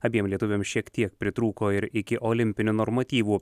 abiem lietuviam šiek tiek pritrūko ir iki olimpinių normatyvų